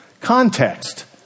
Context